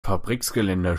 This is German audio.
fabriksgelände